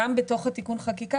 גם בתוך תיקון החקיקה,